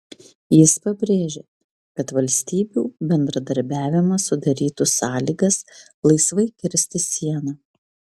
jis pabrėžė kad valstybių bendradarbiavimas sudarytų sąlygas laisvai kirsti sieną